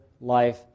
life